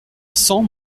cent